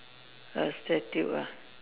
A statue ah